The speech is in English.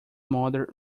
mother